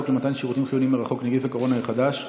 למתן שירותים חיוניים מרחוק (נגיף הקורונה החדש,